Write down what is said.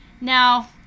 Now